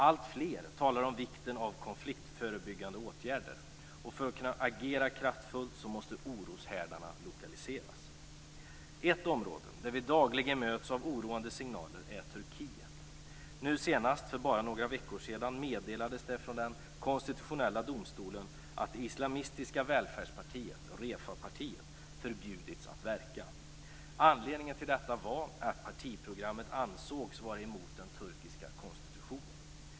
Alltfler talar om vikten av konfliktförebyggande åtgärder, och för att vi skall kunna agera kraftfullt måste oroshärdarna lokaliseras. Ett område varifrån vi dagligen nås av oroande signaler är Turkiet. Nu senast för bara några veckor sedan meddelades det från den konstitutionella domstolen att det islamistiska välfärdspartiet, Refapartiet, förbjudits att verka. Anledningen till detta var att partiprogrammet ansågs vara emot den turkiska konstitutionen.